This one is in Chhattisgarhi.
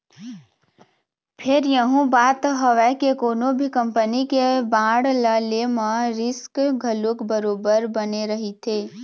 फेर यहूँ बात हवय के कोनो भी कंपनी के बांड ल ले म रिस्क घलोक बरोबर बने रहिथे